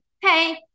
hey